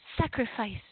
Sacrifice